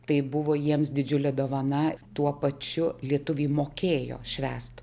tai buvo jiems didžiulė dovana tuo pačiu lietuviai mokėjo švęst